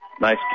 Nice